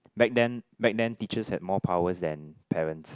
back then back then teachers had more powers than parents